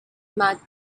matt